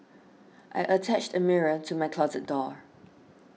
I attached a mirror to my closet door